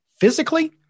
Physically